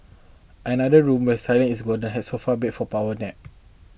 another room where silence is golden has sofa bed for power nap